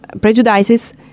prejudices